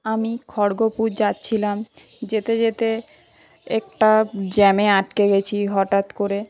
আমি খড়গোপুর যাচ্ছিলাম যেতে যেতে একটা জ্যামে আটকে গেছি হঠাৎ করে